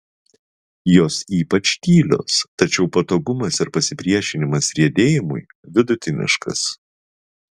jos ypač tylios tačiau patogumas ir pasipriešinimas riedėjimui vidutiniškas